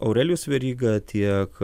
aurelijus veryga tiek